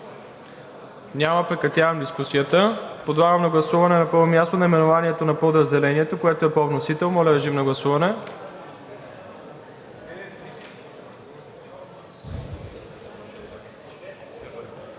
Няма. Прекратявам дискусията. Подлагам на гласуване, на първо място, наименованието на подразделението, което е по вносител. Гласували